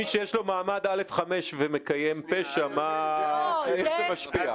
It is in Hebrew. מי שיש לו מעמד א/5 ומקיים פשע, איך זה משפיע?